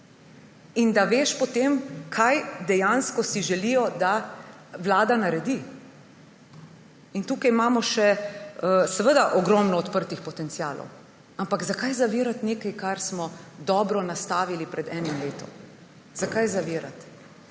in da potem veš, kaj dejansko si želijo, da vlada naredi. Tukaj imamo seveda še ogromno odprtih potencialov. Ampak zakaj zavirati nekaj, kar smo dobro nastavili pred enim letom? Zakaj zavirati?